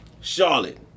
Charlotte